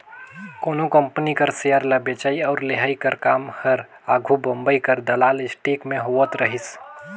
कोनो कंपनी कर सेयर ल बेंचई अउ लेहई कर काम हर आघु बंबई कर दलाल स्टीक में होवत रहिस